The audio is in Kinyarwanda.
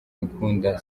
ngukunda